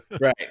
Right